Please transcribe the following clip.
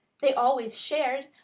they always shared.